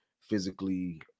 physically